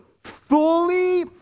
fully